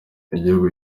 igihugu